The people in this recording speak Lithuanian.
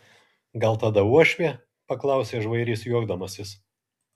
gal tada uošvė paklausė žvairys juokdamasis